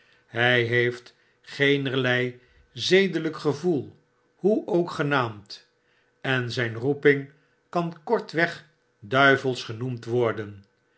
hy heeft geenerlei zedeljjk gevoel hoe ook genaamd en zijn roeping kan kortweg duivelsch genoemd worden